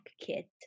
kit